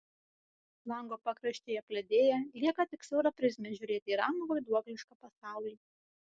lango pakraščiai apledėja lieka tik siaura prizmė žiūrėti į ramų vaiduoklišką pasaulį